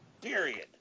Period